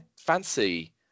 fancy